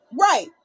Right